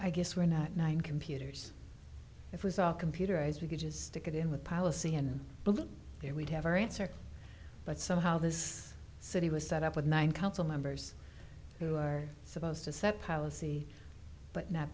i guess we're not nine computers it was all computerized we could just stick it in with policy and there we'd have our answer but somehow this city was set up with nine council members who are supposed to set policy but not